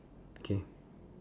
K